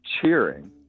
cheering